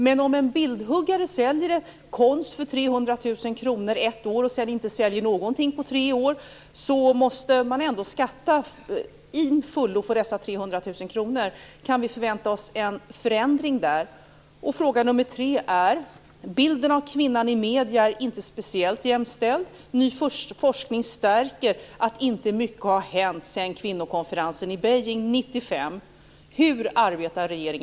Men om en bildhuggare säljer konst för 300 000 kr ett år och sedan inte säljer någonting på tre år måste han ändå skatta till fullo för dessa 300 000 kr. Kan vi förvänta oss en förändring där? Fråga nr 3: Bilden av kvinnan i medierna är inte speciellt jämställd. Ny forskning stärker att inte mycket har hänt sedan kvinnokonferensen i Beijing